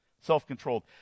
Self-controlled